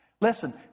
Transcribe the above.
Listen